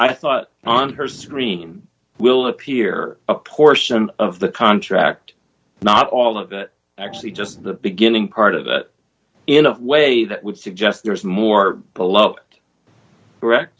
i thought on her screen will appear a portion of the contract not all of it actually just the beginning part of it in a way that would suggest there is more below